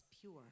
pure